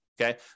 Okay